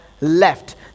left